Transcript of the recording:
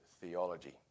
theology